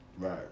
right